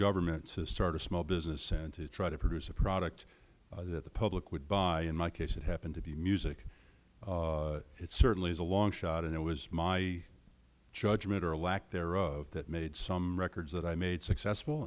government to start a small business and try to produce a product that the public will buy in my case it happened to be music it certainly is a long shot and it was my judgment or lack thereof that made some records that i made successful